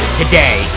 today